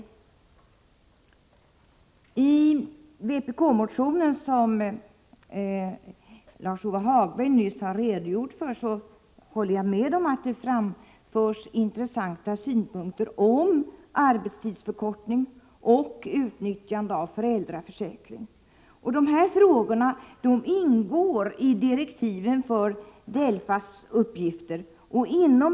Jag håller med Lars-Ove Hagberg om att det i den vpk-motion som han nyss har redogjort för framförs intressanta synpunkter på arbetstidsförkortning och utnyttjande av föräldraförsäkring. Dessa frågor ingår enligt direktiven i DELFA:s uppgifter.